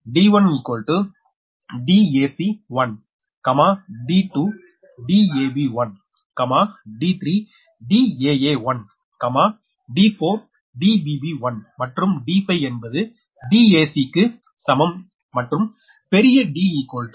d1dac1d2 dab1d3daa1 d4dbb1 மற்றும் d5 என்பது dacக்கு சமம் மற்றும் பெரிய D dab dbc